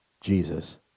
Jesus